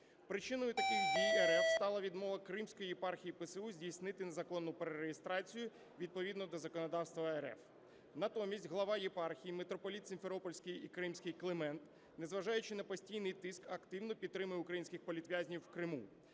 Причиною таких дій РФ стала відмова Кримської єпархії ПЦУ здійснити незаконну перереєстрацію відповідно до законодавства РФ. Натомість глава єпархії митрополит Сімферопольський і Кримський Климент, незважаючи на постійний тиск, активно підтримує українських політв'язнів в Криму.